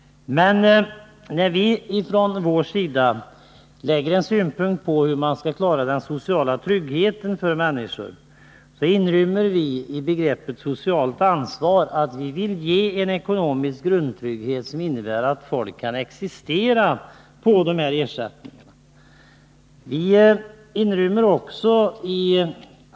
När vi från socialdemokratins sida anlägger synpunkter på hur man skall klara den sociala tryggheten för människor inrymmer vi i begreppet socialt ansvar en ekonomisk grundtrygghet som innebär att man skall kunna existera på de här ersättningarna.